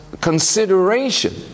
consideration